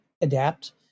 adapt